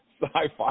sci-fi